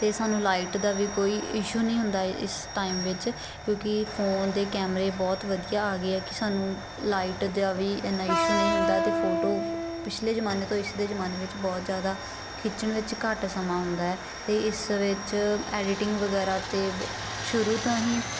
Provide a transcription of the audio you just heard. ਅਤੇ ਸਾਨੂੰ ਲਾਈਟ ਦਾ ਵੀ ਕੋਈ ਇਸ਼ੂ ਨਹੀਂ ਹੁੰਦਾ ਏ ਇਸ ਟਾਈਮ ਵਿੱਚ ਕਿਉਂਕਿ ਫੋਨ ਦੇ ਕੈਮਰੇ ਬਹੁਤ ਵਧੀਆ ਆ ਗਏ ਹੈ ਕਿ ਸਾਨੂੰ ਲਾਈਟ ਦਾ ਵੀ ਇੰਨਾਂ ਈਸ਼ੂ ਨਹੀਂ ਹੁੰਦਾ ਅਤੇ ਫੋਟੋ ਪਿਛਲੇ ਜ਼ਮਾਨੇ ਤੋਂ ਇਸ ਦੇ ਜ਼ਮਾਨੇ ਵਿੱਚ ਬਹੁਤ ਜ਼ਿਆਦਾ ਖਿੱਚਣ ਵਿੱਚ ਘੱਟ ਸਮਾਂ ਹੁੰਦਾ ਹੈ ਅਤੇ ਇਸ ਵਿੱਚ ਐਡੀਟਿੰਗ ਵਗੈਰਾ ਤਾਂ ਸ਼ੁਰੂ ਤੋਂ ਹੀ